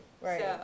right